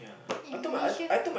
and Malaysia